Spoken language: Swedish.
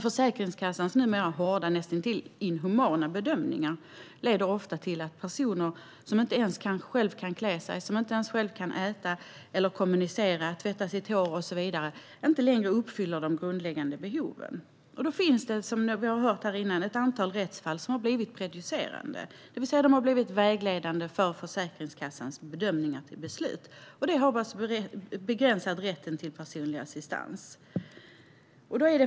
Försäkringskassans numera hårda, näst intill inhumana bedömningar leder dock ofta till att personer som själva inte ens kan klä sig, äta, kommunicera, tvätta håret och så vidare inte längre uppfyller kraven gällande de grundläggande behoven. Det finns, som vi hört här innan, ett antal rättsfall som har blivit prejudicerande, det vill säga har blivit vägledande för Försäkringskassans bedömningar inför beslut, och som har begränsat rätten till personlig assistans.